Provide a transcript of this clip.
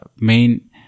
main